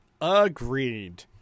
Agreed